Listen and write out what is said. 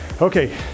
okay